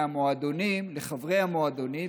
מהמועדונים לחברי המועדונים,